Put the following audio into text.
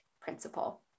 principle